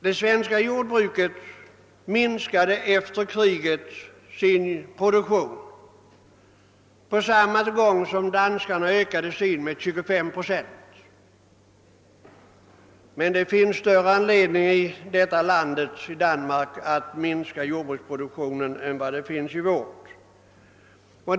Det svenska jordbruket minskade efter kriget sin produktion på samma gång som det danska jordbruket ökade sin produktion med 25 procent. Men det finns större anledning att minska jordbruksproduktionen i Danmark än det finns i vårt land.